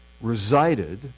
resided